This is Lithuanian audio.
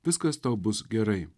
viskas tau bus gerai